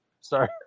Sorry